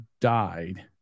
died